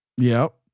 yup.